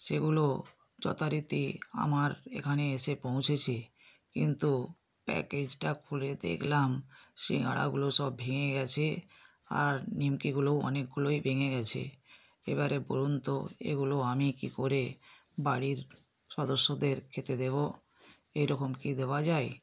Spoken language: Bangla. সেগুলো যথারীতি আমার এখানে এসে পৌঁছেছে কিন্তু প্যাকেজটা খুলে দেখলাম সিঙারাগুলো সব ভেঙে গিয়েছে আর নিমকিগুলোও অনেকগুলোই ভেঙে গিয়েছে এবারে বলুন তো এগুলো আমি কী করে বাড়ির সদস্যদের খেতে দেব এরকম কি দেওয়া যায়